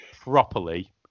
properly